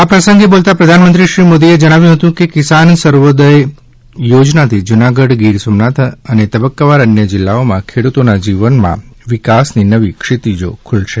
આ પ્રસંગે બોલતાં પ્રધાનમંત્રી શ્રી મોદીએ જણાવ્યું હતું કે કિસાન સુર્યોદય યોજનાથી જુનાગઢ ગીર સોમનાથ અને તબકકાવાર અન્ય જીલ્લાઓમાં ખેડુતોના જીવનમાં વિકાસની નવી ક્ષિતિજો ખુલશે